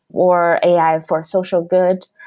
or ai for social good.